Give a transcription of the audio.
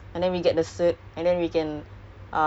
that one I that one I thought is just a